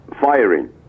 firing